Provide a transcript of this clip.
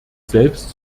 selbst